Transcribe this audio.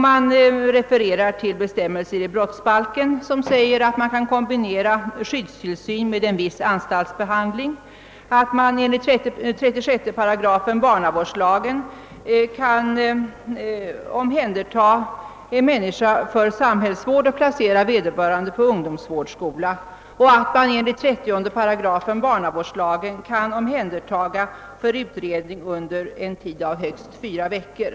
Man refererar till bestämmelser i brottsbalken, enligt vilka man kan kombinera skyddstillsyn med en viss anstaltsbehandling, att man enligt 36 § barnavårdslagen kan omhänderta en människa för samhällsvård och placera vederbörande på ungdomsvårdsskola och att man enligt 30 § barnavårdslagen kan omhänderta för utredning under en tid av högst fyra veckor.